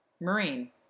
Marine